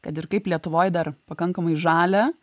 kad ir kaip lietuvoj dar pakankamai žalią